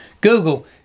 Google